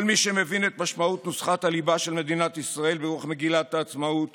כל מי שמבין את משמעות נוסחת הליבה של מדינת ישראל ברוח מגילת העצמאות